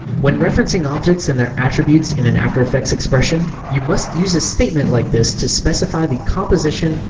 when referencing objects and their attributes in an after effects expression, you must use a statement like this to specify the composition,